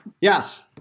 Yes